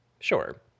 Sure